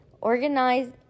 Organize